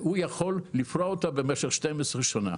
הוא יכול לפרוע אותה במשך 12 שנה.